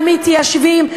המתיישבים,